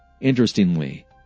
Interestingly